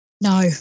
No